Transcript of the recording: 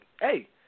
hey